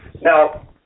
Now